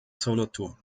solothurn